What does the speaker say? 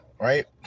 right